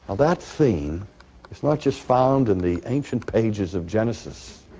that theme is not just found in the ancient pages of genesis